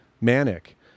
manic